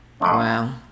wow